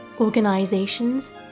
organizations